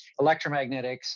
electromagnetics